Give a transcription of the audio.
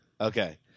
Okay